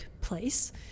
place